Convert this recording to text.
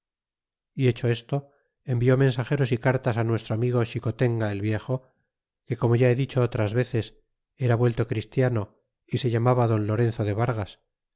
y hecho esto envio mensageros y cartas nuestro amigo xicoteaga el viejo que como ya he dicho otras veces era vuelto christiano y se llamaba don loren o de vargas